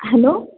hello